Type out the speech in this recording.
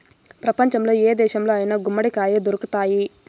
ప్రపంచంలో ఏ దేశంలో అయినా గుమ్మడికాయ దొరుకుతాయి